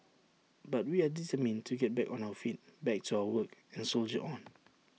but we are determined to get back on our feet back to our work and soldier on